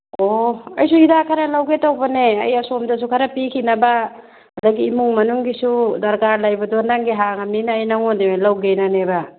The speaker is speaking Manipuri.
ꯑꯣ ꯑꯩꯁꯨ ꯍꯤꯗꯥꯛ ꯈꯔ ꯂꯧꯒꯦ ꯇꯧꯕꯅꯦ ꯑꯩ ꯑꯁꯣꯝꯗꯁꯨ ꯈꯔ ꯄꯤꯈꯤꯅꯕ ꯑꯗꯨꯗꯒꯤ ꯏꯃꯨꯡ ꯃꯅꯨꯡꯒꯤꯁꯨ ꯗꯔꯀꯥꯔ ꯂꯩꯕꯗꯣ ꯅꯪꯒꯤ ꯍꯥꯡꯉꯃꯅꯤꯅ ꯑꯩ ꯅꯉꯣꯟꯗꯒꯤ ꯑꯣꯏꯅ ꯂꯧꯒꯦꯅꯅꯦꯕ